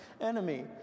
enemy